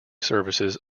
services